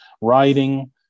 writing